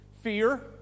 Fear